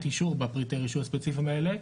אישור בפריטי הרישוי הספציפיים האלה,